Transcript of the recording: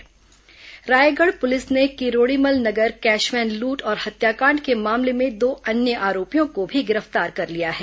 cash van लूट गिरफ्तार Raigarh police ने किरोड़ीमल नगर कैशवैन लूट और हत्याकांड के मामले में दो अन्य आरोपियों को भी गिरफ्तार कर लिया है